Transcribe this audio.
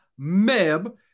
MEB